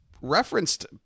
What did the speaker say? referenced